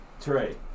Trey